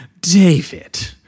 david